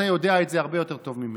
אתה יודע את זה הרבה יותר טוב ממני.